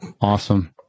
awesome